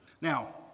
Now